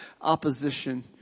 opposition